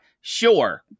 Sure